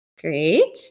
great